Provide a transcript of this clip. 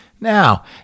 Now